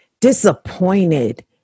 disappointed